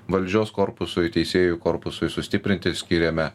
valdžios korpusui teisėjų korpusui sustiprinti skyrėme